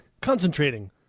Concentrating